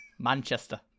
Manchester